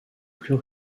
plus